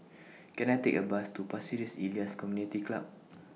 Can I Take A Bus to Pasir Ris Elias Community Club